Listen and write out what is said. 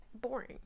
boring